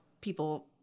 people